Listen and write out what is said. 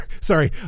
sorry